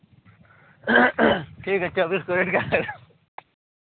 ठीक है चौबीस केरेट का है